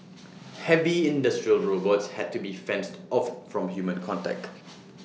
heavy industrial robots had to be fenced off from human contact